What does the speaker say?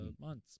months